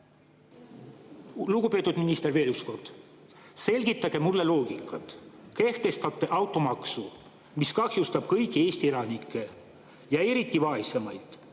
Lugupeetud minister! Veel üks kord. Selgitage mulle loogikat. Kehtestate automaksu, mis kahjustab kõiki Eesti elanikke ja eriti vaesemaid,